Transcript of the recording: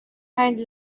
find